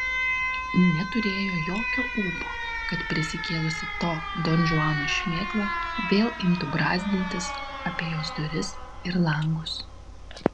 neturėjo jokio ūpo kad prisikėlusi to donžuano šmėkla vėl imtų brazdintis apie jos duris ir langus